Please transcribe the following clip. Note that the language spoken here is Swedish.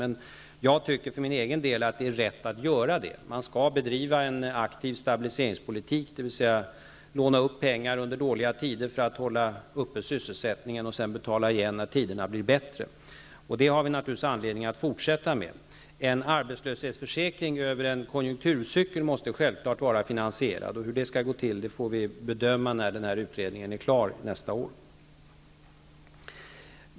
För min egen del tycker jag att det är riktigt att göra detta. Man skall bedriva en aktiv stabiliseringspolitik, dvs. låna upp pengar under dåliga tider för att hålla uppe sysselsättningen och betala igen när tiderna blir bättre. Detta har vi naturligtvis anledning att fortsätta med. En arbetslöshetsförsäkring över en konjunkturcykel måste självfallet vara finansierad, och hur det skall gå till får vi bedöma när utredningen är klar nästa år.